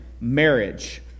marriage